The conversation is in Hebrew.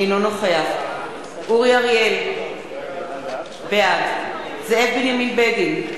אינו נוכח אורי אריאל, בעד זאב בנימין בגין,